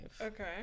Okay